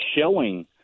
showing